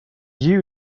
you